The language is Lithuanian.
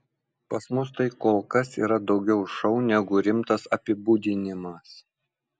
pas mus tai kol kas yra daugiau šou negu rimtas apibūdinimas